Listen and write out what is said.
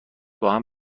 باهم